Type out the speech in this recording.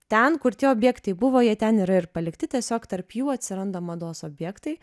ten kur tie objektai buvo jie ten yra ir palikti tiesiog tarp jų atsiranda mados objektai